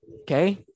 Okay